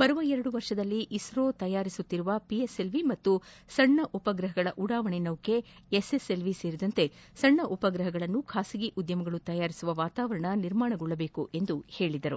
ಬರುವ ಎರಡು ವರ್ಷದಲ್ಲಿ ಇಸ್ರೋ ತತಯಾರಿಸುತ್ತಿರುವ ಪಿ ಎಸ್ ಎಲ್ ವಿ ಹಾಗೂ ಸಣ್ಣ ಉಪಗ್ರಹಗಳ ಉಡಾವಣೆ ನೌಕೆ ಎಸ್ ಎಸ್ ಎಲ್ ವಿ ಸೇರಿದಂತೆ ಸಣ್ಣ ಉಪಗ್ರಹಗಳನ್ನು ಖಾಸಗಿ ಉದ್ಯಮಗಳು ತಯಾರಿಸುವ ವಾತವರಣ ನಿರ್ಮಾಣಗೊಳ್ಳಬೇಕು ಎಂದು ಹೇಳಿದರು